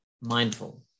mindful